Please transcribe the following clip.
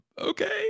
okay